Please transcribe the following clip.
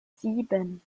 sieben